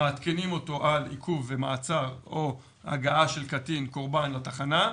מעדכנים אותו על עיכוב ומעצר או הגעה של קטין קורבן לתחנה,